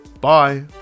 Bye